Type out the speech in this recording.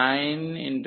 15